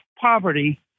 poverty